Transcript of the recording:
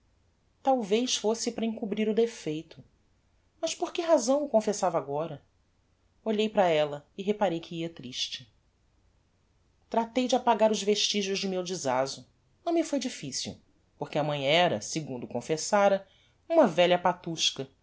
talvez fosse para encobrir o defeito mas por que razão o confessava agora olhei para ella e reparei que ia triste tratei de apagar os vestigios de meu desaso não me foi difficil por que a mãe era segundo confessara uma velha patusca